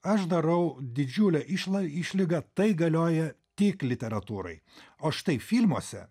aš darau didžiulę išlai išlygą tai galioja tik literatūrai o štai filmuose